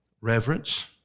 Reverence